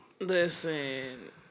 Listen